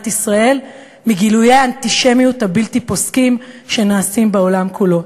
ישראל מגילויי האנטישמיות הבלתי-פוסקים שנעשים בעולם כולו?